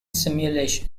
simulation